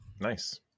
nice